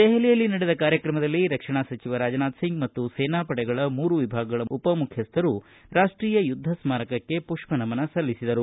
ದೆಹಲಿಯಲ್ಲಿ ನಡೆದ ಕಾರ್ಯಕ್ರಮದಲ್ಲಿ ರಕ್ಷಣಾ ಸಚಿವ ರಾಜನಾಥ್ ಸಿಂಗ್ ಮತ್ತು ಸೇನಾ ಪಡೆಗಳ ಮೂರು ವಿಭಾಗಗಳ ಉಪ ಮುಖ್ಯಸ್ಥರು ರಾಷ್ಟೀಯ ಯುದ್ಧ ಸ್ಮಾರಕಕ್ಕೆ ಪುಷ್ಪನಮನ ಸಲ್ಲಿಸಿದರು